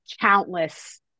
countless